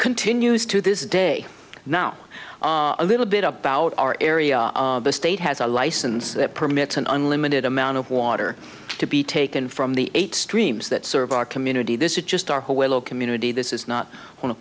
continues to this day now a little bit about our area the state has a license that permits an unlimited amount of water to be taken from the eight streams that serve our community this is just our whole willow community this is not on a